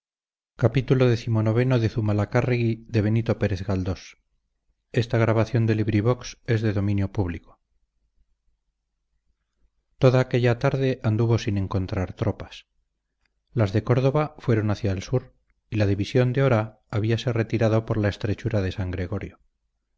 toda aquella tarde anduvo sin encontrar tropas las de córdoba fueron hacia el sur y la división de oraa habíase retirado por la estrechura de san gregorio